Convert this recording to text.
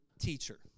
teacher